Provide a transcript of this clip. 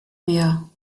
mehr